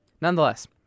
nonetheless